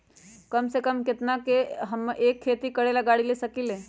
कम से कम केतना में हम एक खेती करेला गाड़ी ले सकींले?